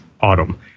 autumn